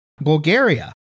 Bulgaria